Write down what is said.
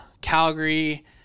Calgary